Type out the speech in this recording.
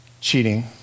cheating